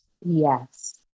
Yes